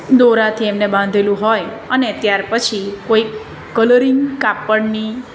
દોરાથી એમને બાંધેલું હોય અને ત્યાર પછી કોઈક કલરિંગ કાપડની